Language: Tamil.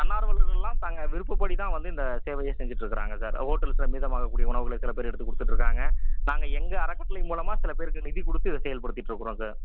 தன்னார்வலர்கள்லாம் தங்கள் விருப்பப்படி தான் வந்து இந்த சேவையை செஞ்சுட்டு இருக்கிறாங்க சார் ஹோட்டல்ஸில் மீதமாக கூடிய உணவுகளை சில பேர் எடுத்து கொடுத்துட்டு இருக்காங்க நாங்கள் எங்கள் அறக்கட்டளை மூலமாக சில பேருக்கு நிதி கொடுத்து இதை செயல்படுத்திட்டு இருக்கிறோம் சார்